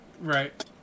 Right